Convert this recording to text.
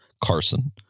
Carson